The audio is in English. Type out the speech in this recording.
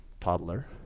toddler